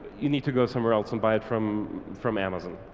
you need to go somewhere else and buy it from from amazon.